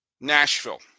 Nashville